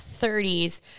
30s